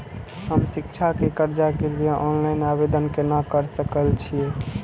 हम शिक्षा के कर्जा के लिय ऑनलाइन आवेदन केना कर सकल छियै?